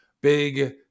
big